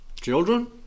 children